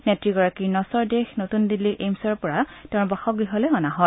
নেত্ৰীগৰাকীৰ নশ্বৰ দেহ নতুন দিল্লীৰ এইমচৰ পৰা তেওঁৰ বাসগৃহলৈ অনা হয়